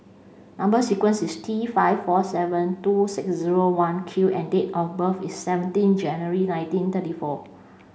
number sequence is T five four seven two six zero one Q and date of birth is seventeen January nineteen thirty four